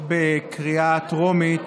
בקריאה טרומית